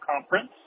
Conference